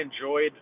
enjoyed